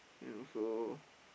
then also